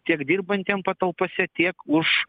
tiek dirbantiem patalpose tiek už